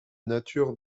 nature